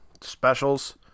specials